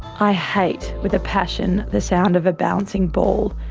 i hate with a passion the sound of a bouncing ball.